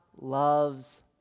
loves